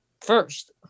first